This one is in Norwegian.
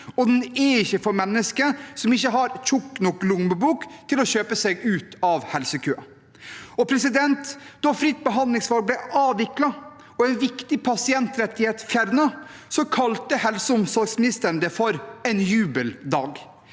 og den er ikke for mennesker som ikke har tjukk nok lommebok til å kjøpe seg ut av helsekøen. Da fritt behandlingsvalg ble avviklet og en viktig pasientrettighet fjernet, kalte helse- og omsorgsministeren det for en jubeldag.